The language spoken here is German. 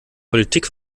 politik